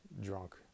drunk